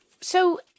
So-